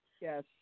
Yes